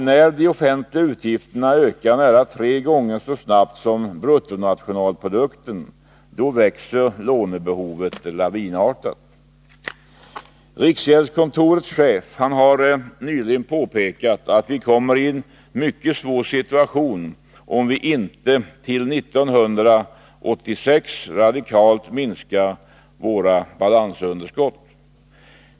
När de offentliga utgifterna ökar nära tre gånger så snabbt som bruttonationalprodukten, växer lånebehovet lavinartat. Riksgäldskontorets chef har nyligen påpekat att vi kommer i en mycket svår situation, om vi inte till 1986 radikalt har minskat våra balansunderskott.